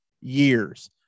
years